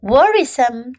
Worrisome